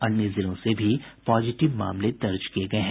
अन्य जिलों से भी पॉजिटिव मामले दर्ज किये गये हैं